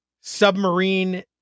submarine